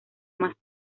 más